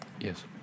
Yes